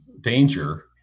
danger